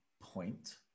point